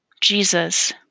Jesus